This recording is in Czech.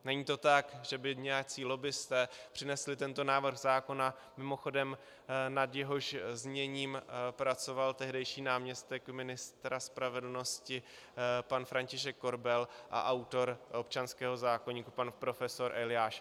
Není to tak, že by nějací lobbisté přinesli tento návrh zákona, mimochodem nad jehož zněním pracoval tehdejší náměstek ministra spravedlnosti pan František Korbel a autor občanského zákoníku pan profesor Eliáš.